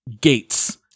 gates